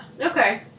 Okay